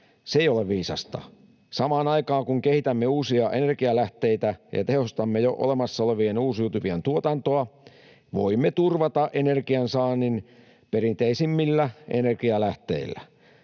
Se ei ole viisasta. Samaan aikaan kun kehitämme uusia energialähteitä ja tehostamme jo olemassa olevien uusiutuvien tuotantoa, voimme turvata energiansaannin perinteisemmillä energialähteillä.